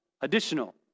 additional